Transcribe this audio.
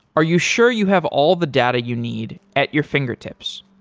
are you sure you have all the data you need at your fingertips?